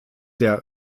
der